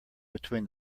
between